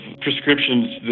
prescriptions